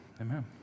Amen